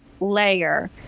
layer